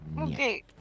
Okay